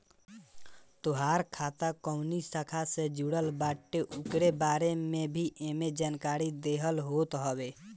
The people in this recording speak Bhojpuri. तोहार खाता कवनी शाखा से जुड़ल बाटे उकरे बारे में भी एमे जानकारी देहल होत हवे